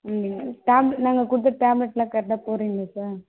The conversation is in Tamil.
ம் டேப்லெ நாங்கள் கொடுத்த டேப்லெட்ஸ்லாம் கரெக்டாக போடுறீங்ளா சார்